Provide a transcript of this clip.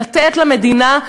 לתת למדינה,